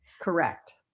Correct